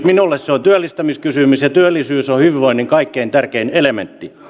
minulle se on työllistämiskysymys ja työllisyys on hyvinvoinnin kaikkein tärkein elementti